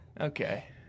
Okay